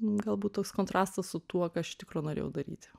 galbūt toks kontrastas su tuo ką aš iš tikro norėjau daryti